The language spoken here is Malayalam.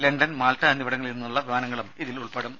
ലണ്ടൻ മാൾട്ട എന്നിവിടങ്ങളിൽ നിന്നുള്ള വിമാനങ്ങളും ഇതിൽ ഉൾപ്പെടും